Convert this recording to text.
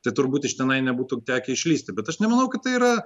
tai turbūt iš tenai nebūtų tekę išlįsti bet aš nemanau kad tai yra